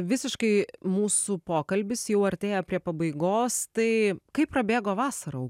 visiškai mūsų pokalbis jau artėja prie pabaigos tai kaip prabėgo vasara